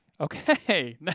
Okay